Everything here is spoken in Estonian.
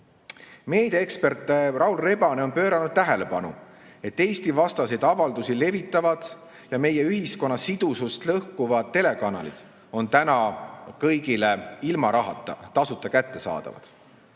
Meediaekspert Raul Rebane on pööranud tähelepanu, et Eesti-vastaseid avaldusi levitavad ja meie ühiskonna sidusust lõhkuvad telekanalid on täna kõigile ilma rahata, tasuta kättesaadavad.